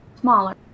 smaller